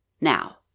now